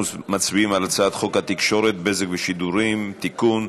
אנחנו מצביעים על הצעת חוק התקשורת (בזק ושידורים) (תיקון,